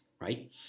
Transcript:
right